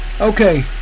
Okay